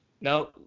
Now